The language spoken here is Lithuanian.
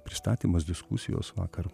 pristatymas diskusijos vakar